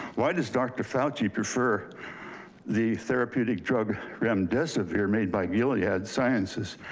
why does dr. fauci prefer the therapeutic drug remdesivir made by gilead yeah sciences,